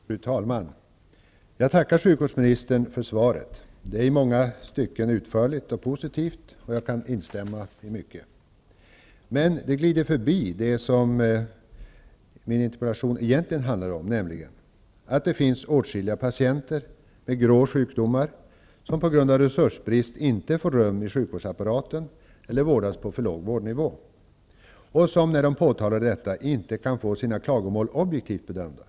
Fru talman! Jag tackar sjukvårdsministern för svaret. Det är i många stycken utförligt och positivt, och jag kan instämma i mycket. Men det glider förbi det min interpellation egentligen handlar om, nämligen att det finns åtskilliga patienter med ''grå sjukdomar'' som på grund av resursbrist inte får rum i sjukvårdsapparaten eller som vårdas på för låg vårdnivå. När de påtalar detta kan de inte få sina klagomål objektivt bedömda.